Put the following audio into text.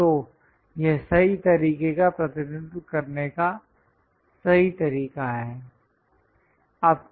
तो यह सही तरीके का प्रतिनिधित्व करने का सही तरीका है